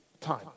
time